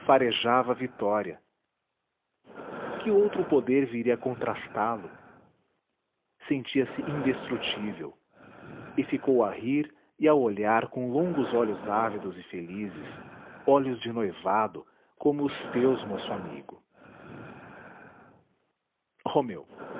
a vitória que outro poder viria contrastá lo sentia-se indestrutível e ficou a rir e a olhar com longos olhos ávidos e felizes olhos de noivado como os teus moço amigo romeu